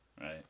Right